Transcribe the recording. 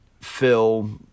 Phil